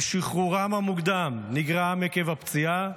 ושחרורם המוקדם נגרם עקב הפציעה,